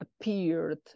appeared